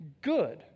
Good